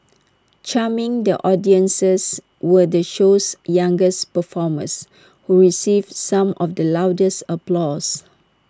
charming the audiences were the show's youngest performers who received some of the loudest applause